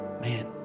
man